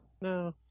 No